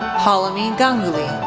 paulamy ganguly,